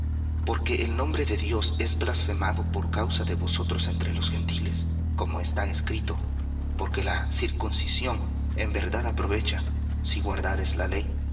porque el nombre de dios es blasfemado por causa de vosotros entre los gentiles como está escrito porque la circuncisión en verdad aprovecha si guardares la ley